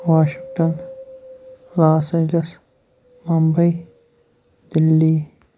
Washington Los Angeles Mumbai Delhi